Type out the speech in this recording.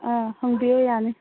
ꯑꯥ ꯍꯪꯕꯤꯌꯣ ꯌꯥꯅꯤ